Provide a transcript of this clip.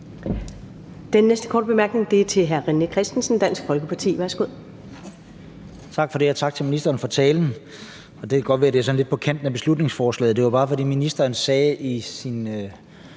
Den næste korte bemærkning er fra René Christensen, Dansk Folkeparti. Værsgo.